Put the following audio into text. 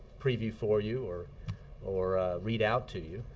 preview for you or or read out to you.